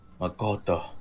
makoto